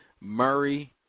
Murray